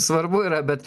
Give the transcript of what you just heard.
svarbu yra bet